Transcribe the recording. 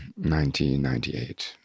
1998